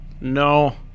no